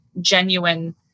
genuine